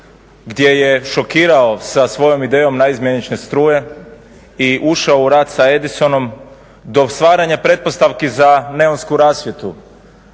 gdje je šokirao sa svojom idejom naizmjenične struje i ušao u rad sa Edisonom dok stvaranja pretpostavki za neonsku rasvjetu,